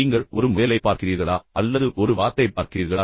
நீங்கள் ஒரு முயலை பார்க்கிறீர்களா அல்லது ஒரு வாத்தைப் பார்க்கிறீர்களா